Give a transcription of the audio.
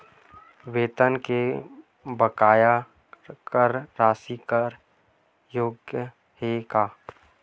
वेतन के बकाया कर राशि कर योग्य हे का?